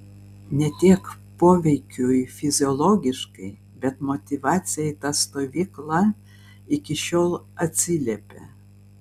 ne tiek poveikiui fiziologiškai bet motyvacijai ta stovykla iki šiol atsiliepia